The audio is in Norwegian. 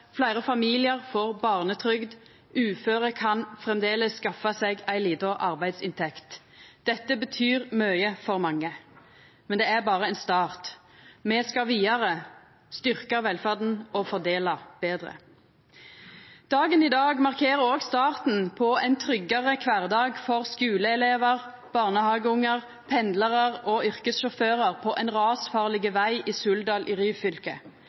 fleire familiar får barnetrygd, uføre kan framleis skaffa seg ei lita arbeidsinntekt. Dette betyr mykje for mange. Men det er berre ein start. Me skal vidare – styrkja velferda og fordela betre. Dagen i dag markerer også starten på ein tryggare kvardag for skuleelevar, barnehageungar, pendlarar og yrkessjåførar på ein rasfarleg veg i Suldal i Ryfylke.